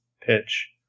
pitch